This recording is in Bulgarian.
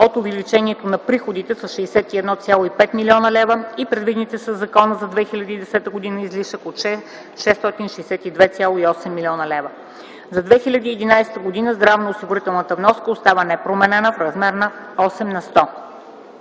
от увеличението на приходите с 61,5 млн. лв. и предвидения със закона за 2010 г. излишък от 662,8 млн. лв. За 2011 г. здравноосигурителната вноска остава непроменена в размер на 8 на сто.